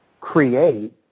create